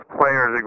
players